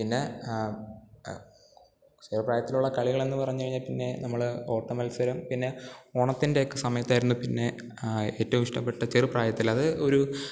പിന്നെ ചെറു പ്രായത്തിലുള്ള കളികളെന്നു പറഞ്ഞു കഴിഞ്ഞാൽ പിന്നെ നമ്മൾ ഓട്ട മത്സരം പിന്നെ ഓണത്തിൻ്റെയൊക്കെ സമയത്തായിരുന്നു പിന്നെ ഏറ്റവും ഇഷ്ടപ്പെട്ട ചെറു പ്രായത്തിലത് ഒരു